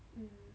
mm